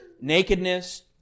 nakedness